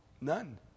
None